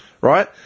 right